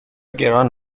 گران